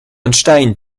einstein